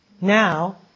Now